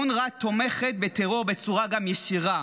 אונר"א תומכת בטרור גם בצורה ישירה,